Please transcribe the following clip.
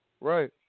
right